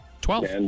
Twelve